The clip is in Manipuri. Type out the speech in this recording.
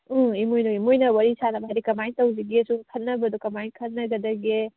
ꯎꯝ ꯏꯃꯣꯏꯅꯨꯒꯤ ꯃꯣꯏꯅ ꯋꯥꯔꯤ ꯁꯥꯟꯅꯕ ꯍꯥꯏꯗꯤ ꯀꯃꯥꯏ ꯇꯧꯁꯤꯒ ꯁꯨꯝ ꯈꯟꯅꯕꯗꯣ ꯀꯃꯥꯏꯅ ꯈꯟꯅꯒꯗꯒꯦ